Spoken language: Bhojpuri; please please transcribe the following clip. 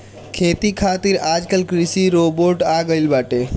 खेती खातिर आजकल कृषि रोबोट आ गइल बाटे